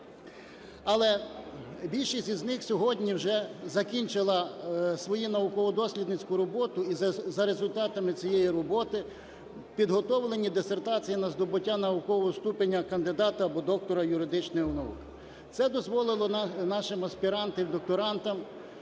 Але більшість із них сьогодні вже закінчила свою науково-дослідницьку роботу, і за результатами цієї роботи підготовлені дисертації на здобуття наукового ступеня кандидата або доктора юридичних наук. Це дозволило нашим аспірантам і докторантам